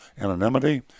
anonymity